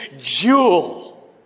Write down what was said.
jewel